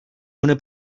una